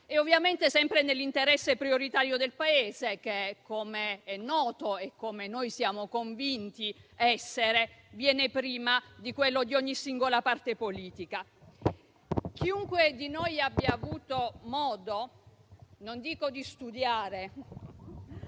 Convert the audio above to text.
ovviamente sempre nell'interesse prioritario del Paese che, come è noto e come noi siamo convinti essere, viene prima di quello di ogni singola parte politica. Chiunque di noi abbia avuto modo non dico di studiare,